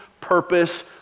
purpose